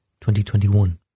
2021